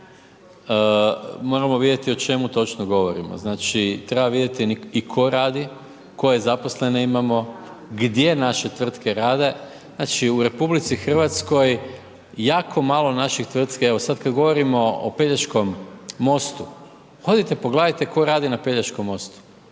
moramo vidjeti o čemu točno govorimo. Znači treba vidjeti i tko radi, koje zaposlene imamo, gdje naše tvrtke rade. Znači u RH jako malo naših tvrtki, evo sad kad govorimo o Pelješkom mostu, odite, pogledajte tko radi na Pelješkom mostu.